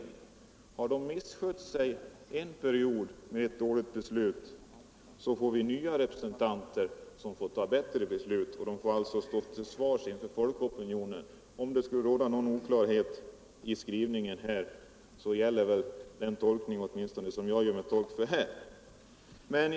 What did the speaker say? Om riksdagsledamöterna har misskött sig en period och fattat ett dåligt beslut, väljs nya representanter som får ta ett bättre beslut. Riksdagen får alltså stå till svars inför valopinionen. Om det skulle råda någon oklarhet i skrivningen här, gäller den tolkning som jag redogjorde för nu.